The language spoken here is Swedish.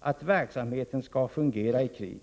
för att verksamheten skall fungera i krig.